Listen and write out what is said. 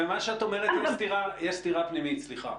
במה שאת אומרת יש סתירה פנימית, סליחה.